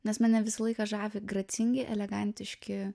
nes mane visą laiką žavi gracingi elegantiški